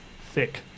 thick